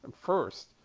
first